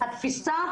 התפיסה,